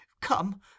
Come